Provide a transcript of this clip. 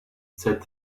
said